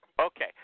Okay